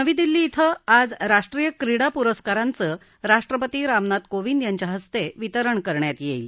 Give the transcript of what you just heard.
नवी दिल्ली इथं आज राष्ट्रीय क्रीडा पुरस्कारांचं राष्ट्रपती रामनाथ कोविंद यांच्याहस्ते वितरण करण्यात येईल